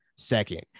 second